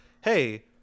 hey